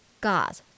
God